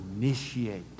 initiate